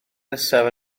nesaf